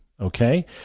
okay